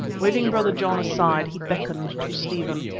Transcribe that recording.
waving brother john aside he beckoned to stephen.